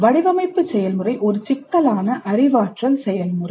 வடிவமைப்பு செயல்முறை ஒரு சிக்கலான அறிவாற்றல் செயல்முறை